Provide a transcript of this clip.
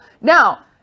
Now